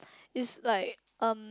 is like um